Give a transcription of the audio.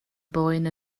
boen